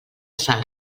sal